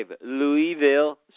Louisville